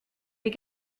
les